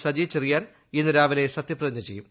സജി ചെറിയാൻ ഇന്ന് രാവിലെ സത്യപ്രതിജ്ഞ ചെയ്യും